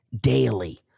daily